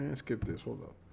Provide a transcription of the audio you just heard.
and skip this although